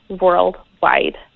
worldwide